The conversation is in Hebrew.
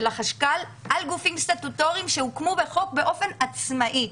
החשב הכללי על גופים סטטוטוריים שהוקמו בחוק באופן עצמאי.